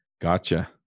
Gotcha